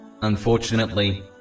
Unfortunately